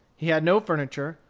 he had no furniture,